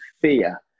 fear